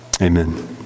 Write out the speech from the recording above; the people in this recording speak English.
Amen